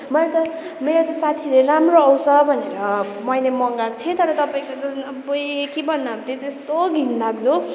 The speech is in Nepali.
मलाई त मेरो त साथीले राम्रो आउँछ भनेर मैले मगाएको थिएँ तर तपाईँको त अबुई के भन्नु अब त्यो त्यस्तो घिनलाग्दो